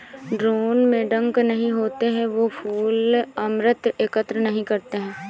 drone में डंक नहीं होते हैं, वे फूल अमृत एकत्र नहीं करते हैं